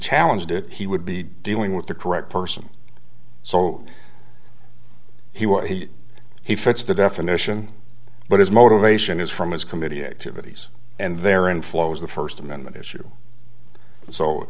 challenged it he would be dealing with the correct person so he was he he fits the definition but his motivation is from his committee activities and their inflows the first amendment issue so